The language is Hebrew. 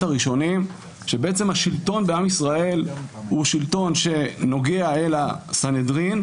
הראשונים שבעצם השלטון בעם ישראל הוא שלטון שנוגע אל הסנהדרין,